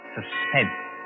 Suspense